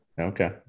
Okay